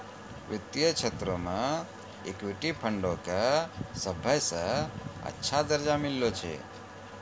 वित्तीय क्षेत्रो मे इक्विटी फंडो के सभ्भे से अच्छा दरजा मिललो छै